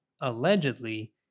allegedly